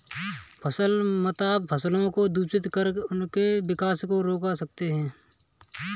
फसल मातम फसलों को दूषित कर उनके विकास को रोक सकते हैं